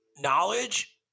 knowledge